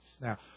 Now